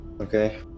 Okay